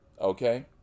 Okay